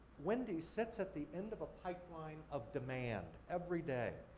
wendy sits at the end of a pipeline of demand every day.